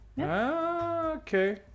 Okay